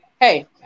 hey